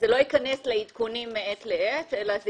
אז זה לא ייכנס לעדכונים מעת לעת אלא זה